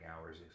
hours